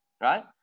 right